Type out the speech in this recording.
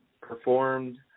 performed